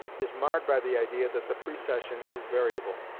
is marred by the idea that the precession is variable.